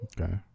Okay